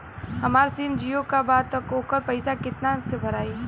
हमार सिम जीओ का बा त ओकर पैसा कितना मे भराई?